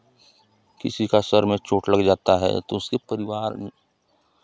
किसी का सर में चोट लग जाता है तो उसके परिवार में